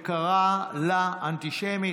קרא לה אנטישמית.